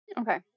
Okay